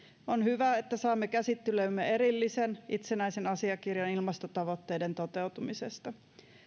on hyvä että saamme käsittelyymme erillisen itsenäisen asiakirjan ilmastotavoitteiden toteutumisesta